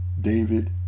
David